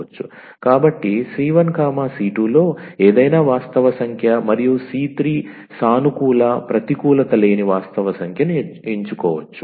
కాబట్టి 𝑐1 c2 లో ఏదైనా వాస్తవ సంఖ్య మరియు 𝑐3 సానుకూల ప్రతికూలత లేని వాస్తవ సంఖ్య ని ఎంచుకోవచ్చు